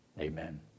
Amen